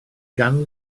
gan